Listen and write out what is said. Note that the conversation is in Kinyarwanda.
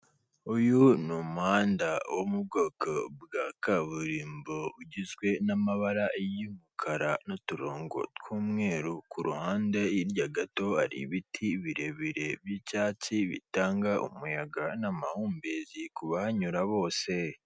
Uyu ni umuhanda wo mu bwoko bwa kaburimbo, ugizwe n'amabara y'umukara n'uturongo tw'umweru, kuruhande hirya gato hari ibiti birebire byicyatsi bitanga umuyaga, n'amahumbezi kubanyura bose.